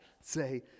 say